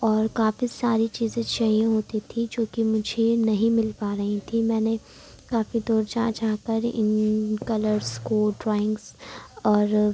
اور کافی ساری چیزیں چاہیے ہوتی تھی جو کہ مجھے نہیں مل پا رہی تھیں میں نے کافی دور جا جا کر ان کلرس کو ڈرائنگس اور